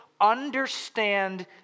understand